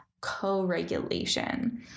co-regulation